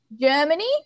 Germany